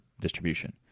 distribution